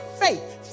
faith